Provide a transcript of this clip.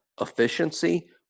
efficiency